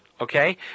okay